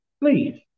Please